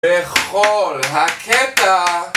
לכל הקטע!